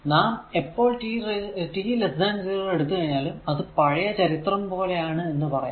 നാം എപ്പോൾ t 0 എടുത്താലും അത് പഴയ ചരിത്രം പോലെയാണ് എന്ന് പറയാം